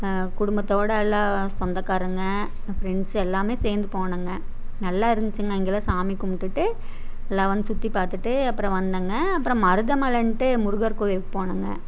குடும்பத்தோடு எல்லாம் சொந்தக்காரங்க ஃபிரண்ட்ஸ் எல்லாம் சேர்ந்து போனோங்க நல்லா இருந்துச்சுங்க இங்கெல்லாம் சாமி கும்பிட்டுட்டு எல்லாம் சுற்றி பார்த்துட்டு அப்றம் வந்தோங்க அப்றம் மருதமலைன்ட்டு முருகர் கோவிலுக்கு போனோம்ங்க